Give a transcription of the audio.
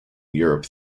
europe